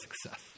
success